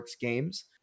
Games